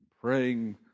Praying